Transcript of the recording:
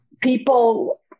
people